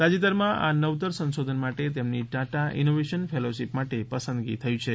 તાજેતરમાં આ નવતર સંશોધન માટે તેમની ટાટા ઇનોવેશન ફેલોશિપ માટે પસંદગી થઈ છે